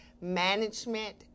management